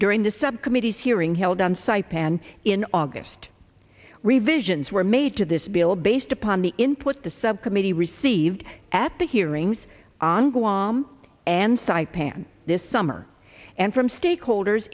during the subcommittees hearing held on site pan in august revisions were made to this bill based upon the input the subcommittee received at the hearings on guam and stipend this summer and from stakeholders